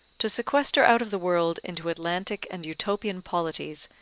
to sequester out of the world into atlantic and utopian polities,